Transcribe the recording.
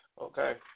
Okay